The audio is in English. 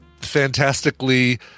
fantastically